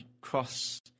cross